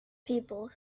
people